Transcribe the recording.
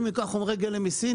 אם הוא ייקח חומרי גלם מסין,